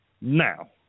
Now